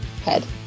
Head